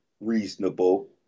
reasonable